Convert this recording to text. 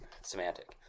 semantic